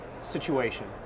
situation